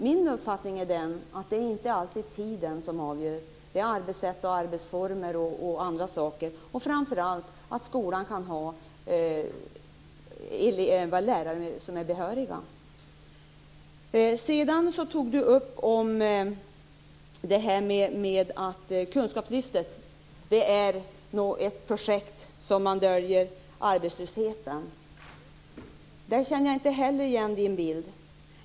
Min uppfattning är dock att det inte alltid är tiden som är avgörande, utan avgörande är arbetssätt, arbetsformer etc. Framför allt är det viktigt med behöriga lärare i skolan. Ulf Melin sade att kunskapslyftet är ett projekt som man använder för att dölja arbetslösheten, men jag känner inte igen den bild som här målas upp.